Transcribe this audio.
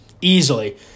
Easily